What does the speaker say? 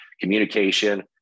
Communication